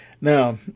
Now